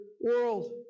world